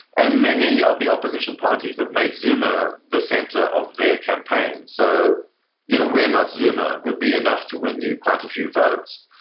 and many of the opposition parties have made zuma the centre of their campaign. so you know we're not zuma would be enough to win you quite a few votes.